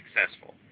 successful